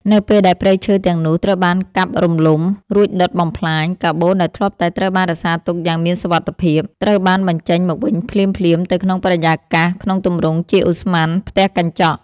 នៅពេលដែលព្រៃឈើទាំងនោះត្រូវបានកាប់រំលំ រួចដុតបំផ្លាញ កាបូនដែលធ្លាប់តែត្រូវបានរក្សាទុកយ៉ាងមានសុវត្ថិភាព ត្រូវបានបញ្ចេញមកវិញភ្លាមៗទៅក្នុងបរិយាកាសក្នុងទម្រង់ជាឧស្ម័នផ្ទះកញ្ចក់។